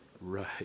right